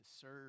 serve